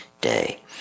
day